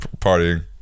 partying